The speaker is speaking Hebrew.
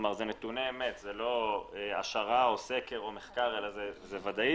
זה נתוני אמת לא השערה, סקר או מחר, אלא זה ודאי.